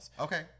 Okay